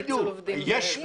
שיגידו.